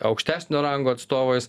aukštesnio rango atstovais